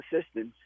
assistance